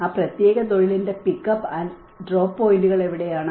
ആ പ്രത്യേക തൊഴിലിന്റെ പിക്കപ്പ് ആൻഡ് ഡ്രോപ്പ് പോയിന്റുകൾ എവിടെയാണ്